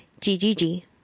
GGG